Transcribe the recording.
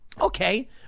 okay